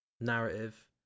narrative